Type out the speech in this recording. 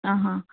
आ हा